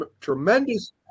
tremendous